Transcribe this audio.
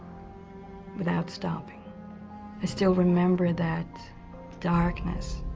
without, stopping i still remember that darkness